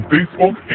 Facebook